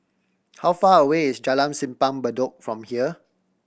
how far away is Jalan Simpang Bedok from here